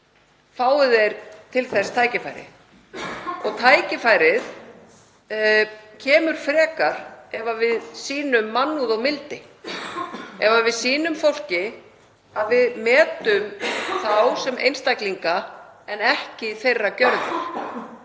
fái þeir til þess tækifæri. Tækifærið kemur frekar ef við sýnum mannúð og mildi. Ef við sýnum fólki að við metum það sem einstaklinga en ekki gjörðir